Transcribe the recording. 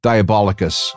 Diabolicus